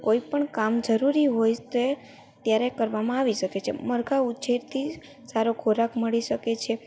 કોઈ પણ કામ જરૂરી હોય તે ત્યારે કરવામાં આવી શકે છે મરઘાં ઉછેરથી સારો ખોરાક મળી શકે છે